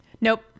Nope